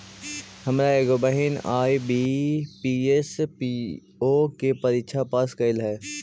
हमर एगो बहिन आई.बी.पी.एस, पी.ओ के परीक्षा पास कयलइ हे